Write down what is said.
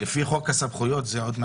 לפי חוק הסמכויות, זה מותר.